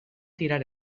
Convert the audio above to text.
tirar